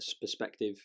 perspective